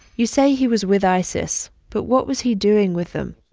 you say he was with isis, but what was he doing with them?